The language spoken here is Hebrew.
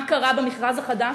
מה קרה במכרז החדש?